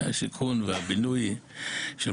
על